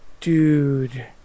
dude